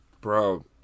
Bro